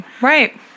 Right